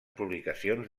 publicacions